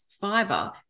fiber